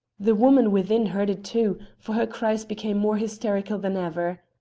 the woman within heard it too, for her cries became more hysterical than ever.